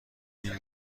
این